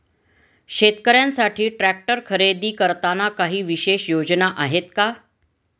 शेतकऱ्यांसाठी ट्रॅक्टर खरेदी करताना काही विशेष योजना आहेत का?